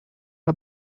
are